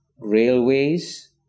railways